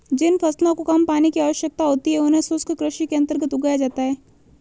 जिन फसलों को कम पानी की आवश्यकता होती है उन्हें शुष्क कृषि के अंतर्गत उगाया जाता है